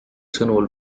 sõnul